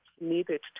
needed